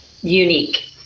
unique